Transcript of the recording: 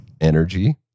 Energy